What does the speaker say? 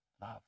Love